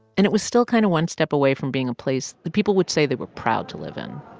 and it was still kind of one step away from being a place that people would say they were proud to live in,